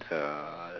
uh